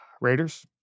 Raiders